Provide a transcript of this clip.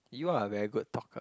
you are a very good talker